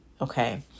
Okay